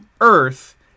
earth